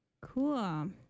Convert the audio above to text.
Cool